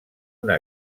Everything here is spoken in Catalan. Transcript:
una